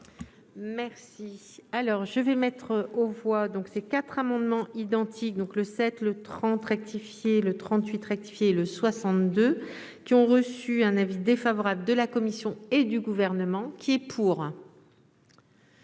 Merci. Alors, je vais mettre aux voix, donc ces quatre amendements identiques, donc le sept, le 30 rectifié le 38 rectifié le 62 qui ont reçu un avis défavorable de la commission et du gouvernement qui est pour.